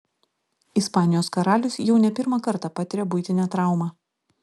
ispanijos karalius jau ne pirmą kartą patiria buitinę traumą